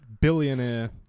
billionaire